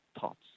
thoughts